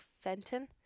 Fenton